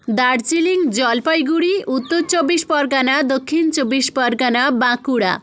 Darjeeling Jalpaiguri Uttar Chabbish Pargana Dakshin Chabbish Pargana Bankura